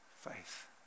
faith